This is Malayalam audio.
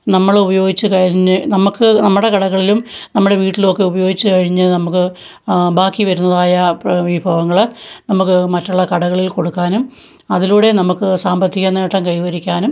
നമ്മളുപയോഗിച്ച് കഴിഞ്ഞ് നമ്മള്ക്ക് നമ്മുടെ കടകളിലും നമ്മുടെ വീട്ടിലൊക്കെ ഉപയോഗിച്ചുകഴിഞ്ഞ് നമ്മള്ക്ക് ബാക്കി വരുന്നതായ പ്ര വിഭവങ്ങള് നമ്മുക്ക് മറ്റുള്ള കടകളിൽ കൊടുക്കാനും അതിലൂടെ നമ്മള്ക്ക് സാമ്പത്തിക നേട്ടം കൈവരിക്കാനും